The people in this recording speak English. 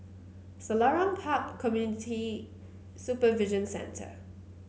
Selarang Park Community Supervision Centre